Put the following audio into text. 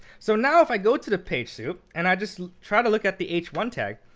so now, if i go to the page soup, and i just try to look at the h one tag,